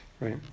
right